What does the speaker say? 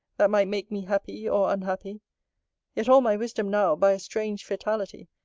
that might make me happy, or unhappy yet all my wisdom now, by a strange fatality,